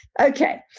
Okay